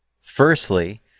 firstly